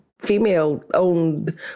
Female-owned